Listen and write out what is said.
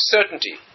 Certainty